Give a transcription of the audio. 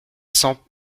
cents